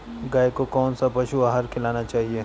गाय को कौन सा पशु आहार खिलाना चाहिए?